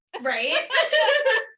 Right